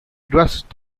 dressed